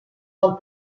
del